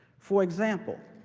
for example,